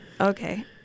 Okay